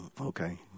Okay